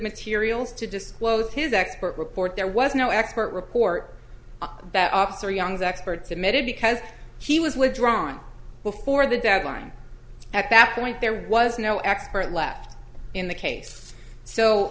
materials to disclose his expert report there was no expert report that officer young's experts admitted because he was withdrawn before the deadline at that point there was no expert left in the case so